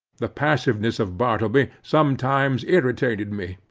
the passiveness of bartleby sometimes irritated me.